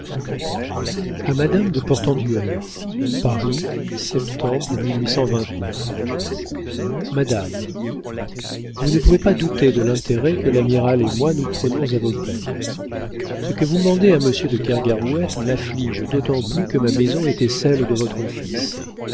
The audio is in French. madame de portenduère paris madame vous ne pouvez pas douter de l'intérêt que l'amiral et moi nous prenons à vos peines ce que vous mandez à monsieur de kergarouët m'afflige d'autant plus que ma maison était celle de votre fils